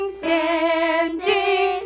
standing